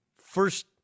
First